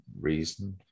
reason